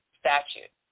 statute